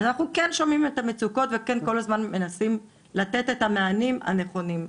אנחנו כן שומעים את המצוקות וכן כל הזמן מנסים לתת את המענים הנכונים.